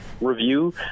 review